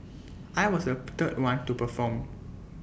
I was the third one to perform